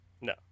no